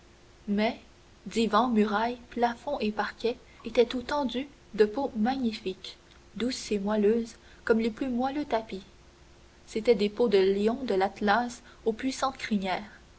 mais divan murailles plafonds et parquet étaient tout tendus de peaux magnifiques douces et moelleuses comme les plus moelleux tapis c'étaient des peaux de lions de l'atlas aux puissantes crinières